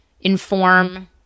inform